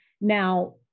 Now